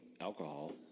alcohol